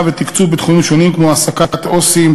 ותקצוב בתחומים שונים כמו: העסקת עו"סים,